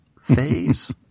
phase